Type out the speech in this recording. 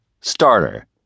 Starter